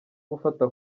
gufata